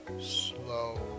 slow